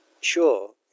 sure